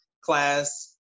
class